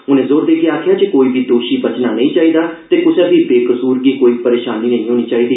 उनें र्जोर देइयै आखेआ जे कोई बी दोषी बचना नेई चाहिदा ते कुसै बी बेकसूर गी कोई परेशानी नेई होनी चाहिदी